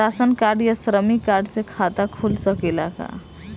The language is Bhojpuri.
राशन कार्ड या श्रमिक कार्ड से खाता खुल सकेला का?